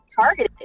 targeted